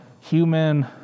human